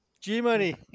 G-Money